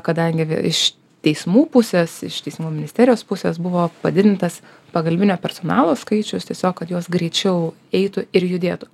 kadangi iš teismų pusės iš teismų ministerijos pusės buvo padidintas pagalbinio personalo skaičius tiesiog kad jos greičiau eitų ir judėtų